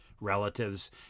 relatives